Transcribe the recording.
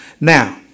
Now